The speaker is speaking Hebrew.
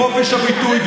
חופש ביטוי,